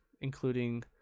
including